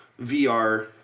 VR